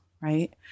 Right